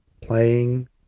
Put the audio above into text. playing